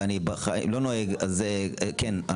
אז כן,